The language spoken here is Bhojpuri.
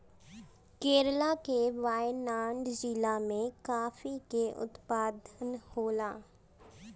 केरल के वायनाड जिला में काफी के उत्पादन होला